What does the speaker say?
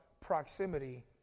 proximity